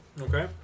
Okay